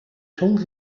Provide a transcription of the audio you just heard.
told